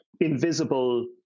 invisible